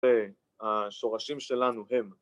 ‫והשורשים שלנו הם.